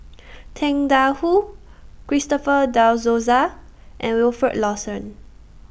Tang DA Wu Christopher De Souza and Wilfed Lawson